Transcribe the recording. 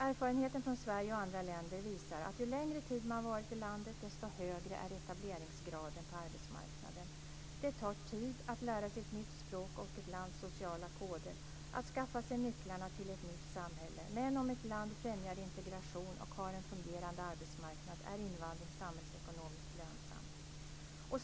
Erfarenheten från Sverige och andra länder visar att ju längre tid man varit i landet, desto högre är etableringsgraden på arbetsmarknaden. Det tar tid att lära sig ett nytt språk och ett lands sociala koder - att skaffa sig nycklarna till ett nytt samhälle. Men om ett land främjar integration och har en fungerande arbetsmarknad är invandring samhällsekonomiskt lönsam.